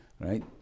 right